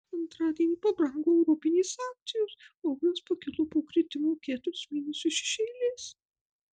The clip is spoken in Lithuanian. antradienį pabrango europinės akcijos o euras pakilo po kritimo keturis mėnesius iš eilės